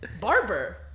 barber